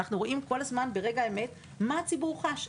אנחנו רואים כל הזמן ברגע האמת מה הציבור חש,